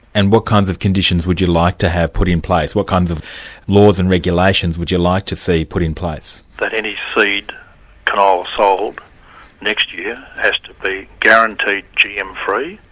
and what kinds of conditions would you like to have put in place? what kinds of laws and regulations would you like to see put in place? that any seed canola sold next year has to be guaranteed gm-free.